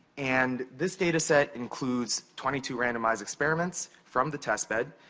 and, this data set includes twenty two randomized experiments from the test bed,